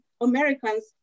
americans